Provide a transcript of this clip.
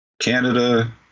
Canada